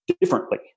differently